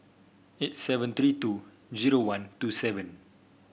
eight seven three two zero one two seven